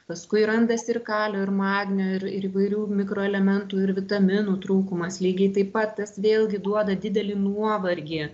paskui randasi ir kalio ir magnio ir ir įvairių mikroelementų ir vitaminų trūkumas lygiai taip pat tas vėlgi duoda didelį nuovargį